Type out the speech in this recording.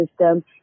system